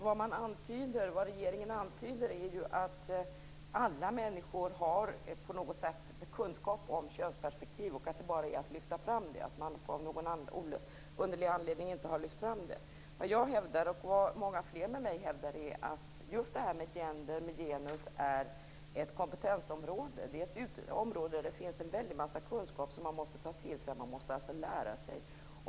Vad regeringen antyder är att alla människor har kunskap om könsperspektiv och att det bara är att lyfta fram detta. Av någon underlig anledning har man inte lyft fram den. Vad jag och många med mig hävdar är att genusområdet är ett kompetensområde. Det är ett område där det finns en väldig massa kunskap som man måste ta till sig. Man måste alltså lära sig.